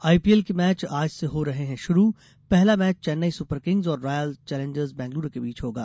IPL के match आज से हो रहे शुरू पहला मैच चेन्नई सुपर किग्स और रायल चेलेंजर्स बैंगलूरू के बीच होगा